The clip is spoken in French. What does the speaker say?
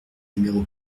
numéro